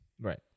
Right